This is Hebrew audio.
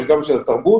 לדבר.